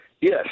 Yes